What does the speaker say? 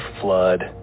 flood